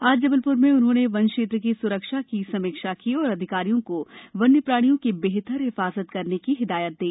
आज जबलपुर में उन्होंने वन क्षेत्र की सुरक्षा की समीक्षा की और अधिकारियों को वन्य प्राणियों की बेहतर हिफाजत करने की हिदायत दी